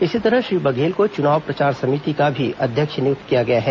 इसी तरह श्री बघेल को चुनाव प्रचार समिति का भी अध्यक्ष नियुक्त किया गया है